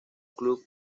club